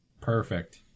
Perfect